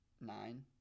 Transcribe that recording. nine